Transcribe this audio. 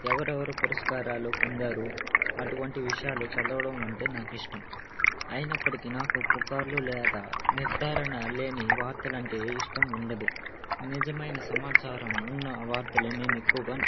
ఎవరెవరు పురస్కారాలు పొందారు అటువంటి విషయాలు చదవడం అంటే నాకు ఇష్టం అయినప్పటికీ నాకు పుకార్లు లేదా నిర్ధారణ లేని వార్తలంటే ఇష్టం ఉండదు నిజమైన సమాచారం ఉన్న వార్తలే నేను ఎక్కువగా